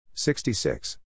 66